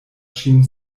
ŝin